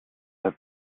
have